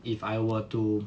if I were to